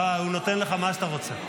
לא, הוא נותן לך מה שאתה רוצה.